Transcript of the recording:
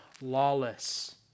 lawless